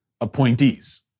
appointees